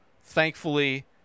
Thankfully